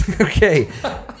Okay